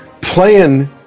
Playing